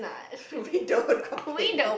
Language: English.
don't want to complain about